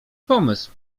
pomysł